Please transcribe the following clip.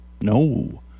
No